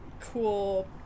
cool